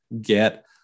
get